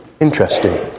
Interesting